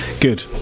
good